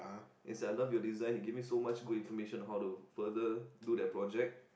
is that I love your design you give me so much good information on how to further do that project